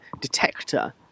detector